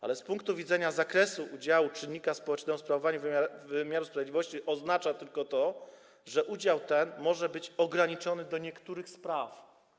Ale z punktu widzenia zakresu udziału czynnika społecznego w sprawowaniu wymiaru sprawiedliwości oznacza tylko to, że udział ten może być ograniczony do niektórych spraw.